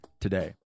today